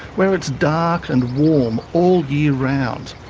where it's dark and warm all year round.